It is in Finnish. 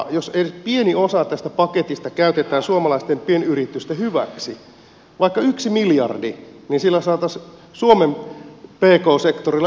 jos edes pieni osa tästä paketista käytetään suomalaisten pienyritysten hyväksi vaikka yksi miljardi niin sillä saataisiin suomen pehmosektorilla